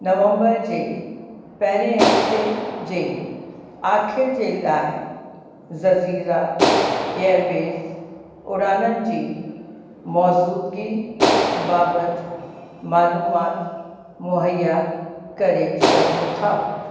नवंबर जे पहिरें हफ़्ते जे आख़िर जे लाइ ज़ज़ीरा एयरवेस उड़ाननि जी मौजूदगी बाबति मालूमात मुहैया करे सघो था